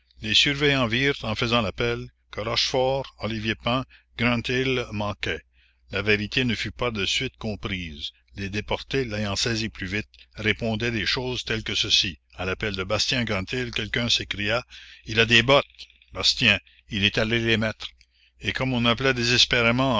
les surveillants virent en faisant l'appel que rochefort olivier pain granthille manquaient la vérité ne fut pas de suite comprise les déportés l'ayant saisie plus vite répondaient des choses telles que ceci à l'appel de bastien granthille quelqu'un s'écria il a des bottes bastien il est allé les mettre et comme on appelait désespérément